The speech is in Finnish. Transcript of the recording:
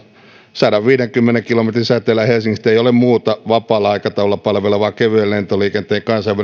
sadanviidenkymmenen kilometrin säteellä helsingistä ei ole muuta vapaalla aikataululla palvelevaa kevyen lentoliikenteen kansainvälistä